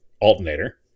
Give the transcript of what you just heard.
alternator